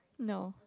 no